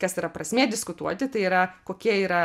kas yra prasmė diskutuoti tai yra kokie yra